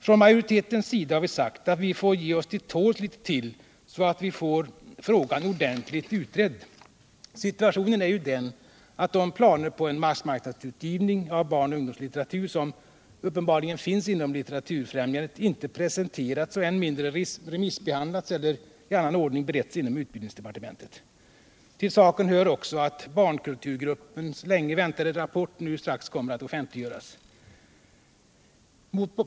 Från majoritetens sida har vi sagt att vi får ge oss till tåls litet tilll så att frågan blir ordentligt utredd. Situationen är ju den att de planer på en massmarknadsutgivning av barn och ungdomslitteratur, som uppenbarligen finns inom Litteraturfrämjandet, inte presenterats och än mindre remissbehandlats eller i annan ordning beretts inom utbildningsdepartementet. Till ” saken hör också att barnkulturgruppens länge väntade rapport nu strax kommer att offentliggöras.